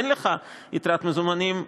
אין לך יתרת מזומנים,